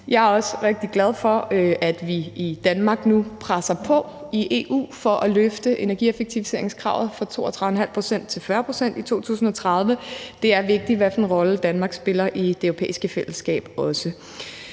Jeg er også rigtig glad for, at vi i Danmark nu presser på i EU for at løfte energieffektiviseringskravet fra 32,5 pct. til 40 pct. i 2030. Det er vigtigt, hvad for en rolle Danmark spiller, også i det europæiske fællesskab.